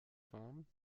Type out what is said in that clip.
fahren